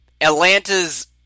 Atlanta's